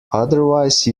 otherwise